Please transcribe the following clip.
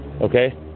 Okay